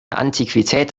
antiquität